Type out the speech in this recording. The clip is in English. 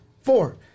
Four